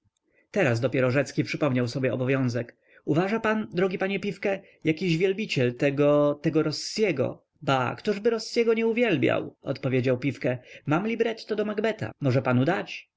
teraz dopiero rzecki przypomniał sobie obowiązek uważa pan drogi panie pifke jakiś wielbiciel tego tego rossiego ba któżby rossiego nie uwielbiał odpowiedział pifke mam libretto do makbeta może panu dać